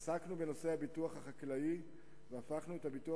עסקנו בנושא הביטוח החקלאי והפכנו את הביטוח